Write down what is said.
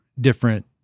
different